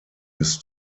his